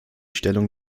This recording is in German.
stellung